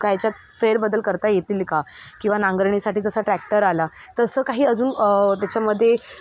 कायच्यात फेरबदल करता येतील का किंवा नांगरणीसाठी जसा ट्रॅक्टर आला तसं काही अजून त्याच्यामदे